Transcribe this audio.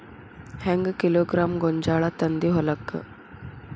ಹೆಂಗ್ ಕಿಲೋಗ್ರಾಂ ಗೋಂಜಾಳ ತಂದಿ ಹೊಲಕ್ಕ?